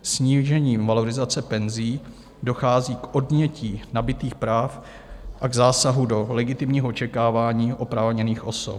Snížením valorizace penzí dochází k odnětí nabytých práv a k zásahu do legitimního očekávání oprávněných osob.